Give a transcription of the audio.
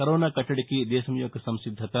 corona కట్గదికి దేశం యొక్క సంసిద్దత